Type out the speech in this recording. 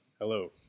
Hello